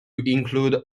include